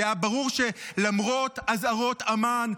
זה היה ברור כשלמרות אזהרות אמ"ן,